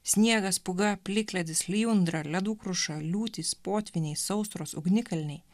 sniegas pūga plikledis lijundra ledų kruša liūtys potvyniai sausros ugnikalniai